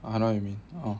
I know what you mean